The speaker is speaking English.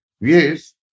Yes